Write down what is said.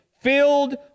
filled